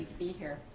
be here.